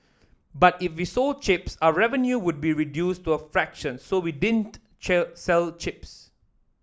but if we sold chips are revenue would be reduced to a fraction so we didn't sell chips